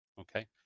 Okay